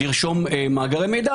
לרשום מאגרי מידע,